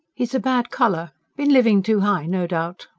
he's a bad colour. been living too high, no doubt.